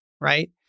right